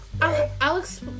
Alex